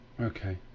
Okay